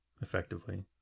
effectively